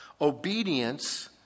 Obedience